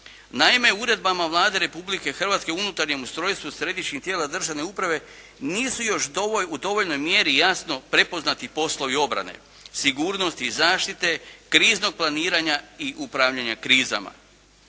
Naime, uredbama Vlade Republike Hrvatske u unutarnjem ustrojstvu središnjih tijela državne uprave nisu još u dovoljnoj mjeri jasno prepoznati poslovi obrane, sigurnosti i zaštite, kriznog planiranja i upravljanja krizama.